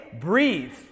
breathe